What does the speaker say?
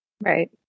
Right